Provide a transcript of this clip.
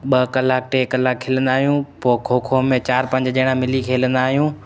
ॿ कलाक टे कलाक खेॾंदा आहियूं पोइ खोखो में चारि पंज ॼणा मिली खेॾंदा आहियूं